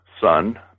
son